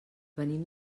venim